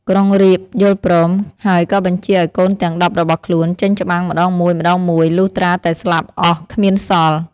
ក្រុងរាពណ៍យល់ព្រម ហើយក៏បញ្ជាឱ្យកូនទាំង១០របស់ខ្លួនចេញច្បាំងម្តងមួយៗលុះត្រាតែស្លាប់អស់គ្មានសល់។